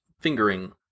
fingering